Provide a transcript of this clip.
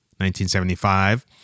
1975